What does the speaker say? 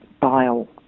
bile